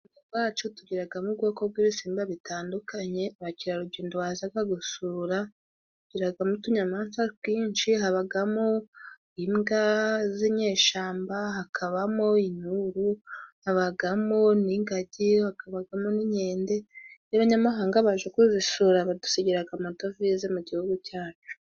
Iwacu tugiramo ubwoko bw'ibisimba bitandukanye, abakerarugendo baza gusura. Tugiramo utunyamasa twinshi. Habamo imbwa z'inyeshyamba, hakabamo inturu, habamo n'ingagi, hakabamo n'inkende. Iyo abanyamahanga baje kuzisura badusigira amadovize mu Gihugu cyacu.